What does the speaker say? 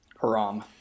Haram